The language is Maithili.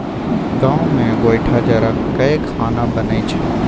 गाम मे गोयठा जरा कय खाना बनइ छै